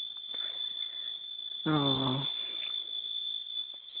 ᱚ